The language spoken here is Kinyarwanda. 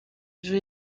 ejo